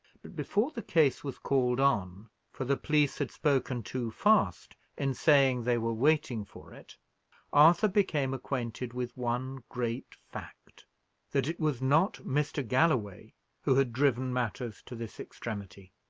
but, before the case was called on for the police had spoken too fast in saying they were waiting for it arthur became acquainted with one great fact that it was not mr. galloway who had driven matters to this extremity.